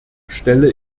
stelle